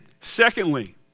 Secondly